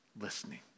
listening